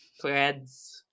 Threads